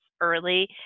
early